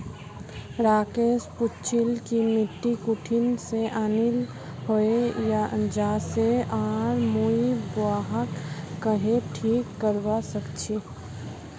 राकेश पूछिल् कि मिट्टी कुठिन से आनिल हैये जा से आर मुई वहाक् कँहे ठीक करवा सक छि